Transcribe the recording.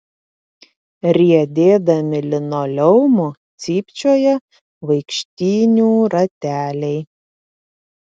riedėdami linoleumu cypčioja vaikštynių rateliai